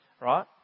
right